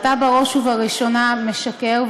אתה בראש ובראשונה משקר,